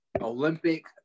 olympic